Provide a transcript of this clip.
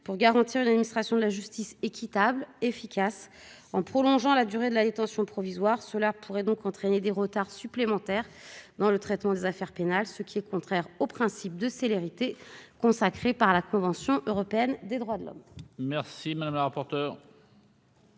pour garantir une administration de la justice équitable et efficace. Prolonger la durée de la détention provisoire pourrait entraîner des retards supplémentaires dans le traitement des affaires pénales, ce qui est contraire au principe de célérité consacré par la Convention européenne des droits de l'homme.